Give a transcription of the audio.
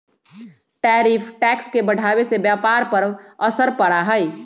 tariff tax के बढ़ावे से व्यापार पर का असर पड़ा हई